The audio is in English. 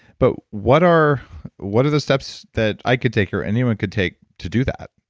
but what are what are the steps that i could take or anyone could take to do that?